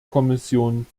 kommission